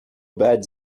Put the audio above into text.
beds